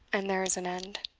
and there is an end.